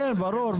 ברור,